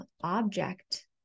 object